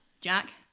Jack